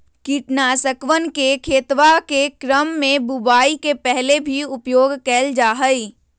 कीटनाशकवन के खेतवा के क्रम में बुवाई के पहले भी उपयोग कइल जाहई